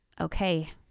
okay